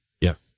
Yes